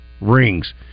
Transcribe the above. rings